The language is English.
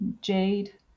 jade